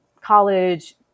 college